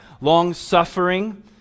long-suffering